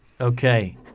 Okay